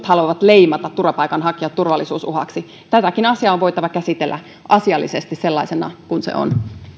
haluavat leimata turvapaikanhakijat turvallisuusuhaksi tätäkin asiaa on voitava käsitellä asiallisesti sellaisena kuin se on